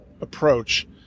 approach